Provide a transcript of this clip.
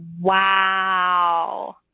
Wow